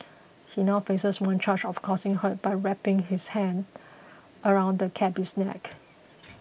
he now faces one charge of causing hurt by wrapping his hands around the cabby's neck